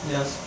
Yes